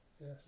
yes